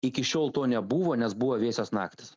iki šiol to nebuvo nes buvo vėsios naktys